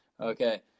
Okay